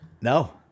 No